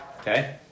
Okay